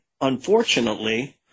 Unfortunately